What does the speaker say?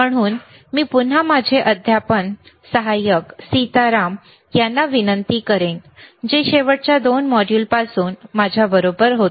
म्हणून मी पुन्हा माझे अध्यापन सहाय्यक सीताराम यांना विनंती करेन जे शेवटच्या 2 मॉड्यूलपासून माझ्याबरोबर होते